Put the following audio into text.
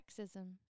sexism